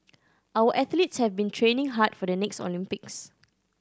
our athletes have been training hard for the next Olympics